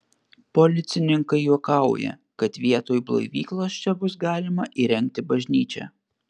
policininkai juokauja kad vietoj blaivyklos čia bus galima įrengti bažnyčią